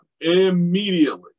Immediately